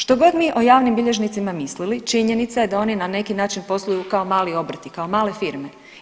Što god mi o javnim bilježnicima mislili, činjenica je da oni na neki način posluju kao mali obrtnik, kao male firme.